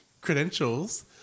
credentials